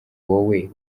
wowe